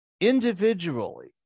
individually